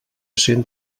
cent